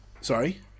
Sorry